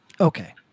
Okay